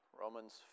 Romans